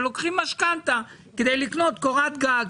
שלוקחים משכנתה כדי לקנות קורת גג.